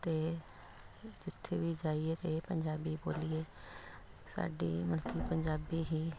ਅਤੇ ਜਿੱਥੇ ਵੀ ਜਾਈਏ ਅਤੇ ਪੰਜਾਬੀ ਬੋਲੀਏ ਸਾਡੀ ਮਤਲਬ ਕਿ ਪੰਜਾਬੀ ਹੀ